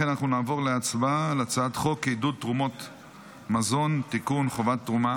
אנחנו נעבור להצבעה על הצעת חוק עידוד תרומות מזון (תיקון) (חובת תרומה